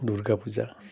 Durga Puja